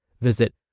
Visit